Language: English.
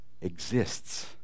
exists